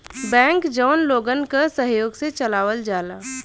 bank जौन लोगन क सहयोग से चलावल जाला